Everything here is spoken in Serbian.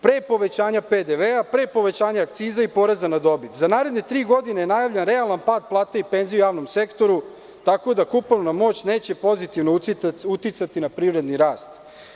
Pre povećanja PDV, pre povećanja akciza i poreza na dobit, za naredne tri godine najavljen realan pad plata i penzija u javnom sektoru, tako da kupovna moć neće pozitivno uticati na privredni rast.